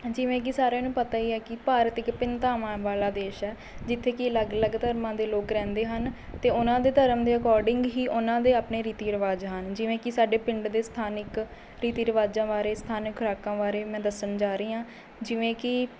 ਜਿਵੇਂ ਕਿ ਸਾਰਿਆਂ ਨੂੰ ਪਤਾ ਹੀ ਹੈ ਕਿ ਭਾਰਤ ਇੱਕ ਭਿੰਨਤਾਵਾਂ ਵਾਲਾ ਦੇਸ਼ ਹੈ ਜਿੱਥੇ ਕਿ ਅਲੱਗ ਅਲੱਗ ਧਰਮਾਂ ਦੇ ਲੋਕ ਰਹਿੰਦੇ ਹਨ ਅਤੇ ਉਹਨਾਂ ਦੇ ਧਰਮ ਦੇ ਅਕੋਡਿੰਗ ਹੀ ਉਹਨਾਂ ਦੇ ਆਪਣੇ ਰੀਤੀ ਰਿਵਾਜ ਹਨ ਜਿਵੇਂ ਕਿ ਸਾਡੇ ਪਿੰਡ ਦੇ ਸਥਾਨਿਕ ਰੀਤੀ ਰਿਵਾਜਾਂ ਬਾਰੇ ਸਥਾਨਕ ਖੁਰਾਕਾਂ ਬਾਰੇ ਮੈਂ ਦੱਸਣ ਜਾ ਰਹੀ ਹਾਂ ਜਿਵੇਂ ਕਿ